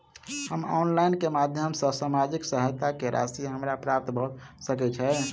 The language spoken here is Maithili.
हम ऑनलाइन केँ माध्यम सँ सामाजिक सहायता केँ राशि हमरा प्राप्त भऽ सकै छै?